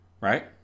right